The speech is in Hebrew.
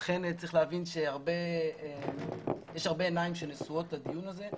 ולכן צריך להבין שיש הרבה עיניים שנשואות לדיון הזה,